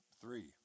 three